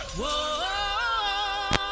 Whoa